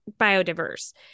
biodiverse